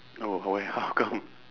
oh why how come